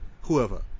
whoever